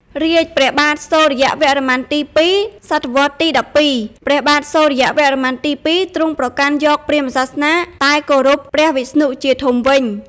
រាជ្យព្រះបាទសូរ្យវរ្ម័នទី២ (សតវត្សរ៍ទី ១២) ព្រះបាទសូរ្យវរ្ម័នទី២ ទ្រង់ប្រកាន់យកព្រាហ្មណ៍សាសនា តែគោរព ព្រះវិស្ណុ ជាធំវិញ។